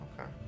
Okay